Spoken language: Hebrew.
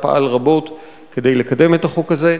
פעל רבות כדי לקדם את החוק הזה,